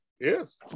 Yes